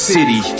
City